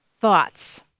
Thoughts